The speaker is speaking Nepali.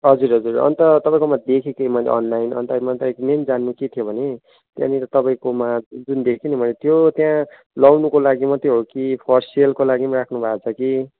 हजुर हजुर अन्त तपाईँकोमा देखेको थिएँ मैले अनलाइन अन्त मैले त मेन जान्नु के थियो भने त्यहाँनिर तपाईँकोमा जुन देखेको थिएँ नि मैले त्यो त्यहाँ लाउनुको लागि मात्रै हो कि फर सेलको लागि पनि राख्नुभएको छ कि